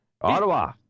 Ottawa